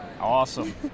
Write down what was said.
awesome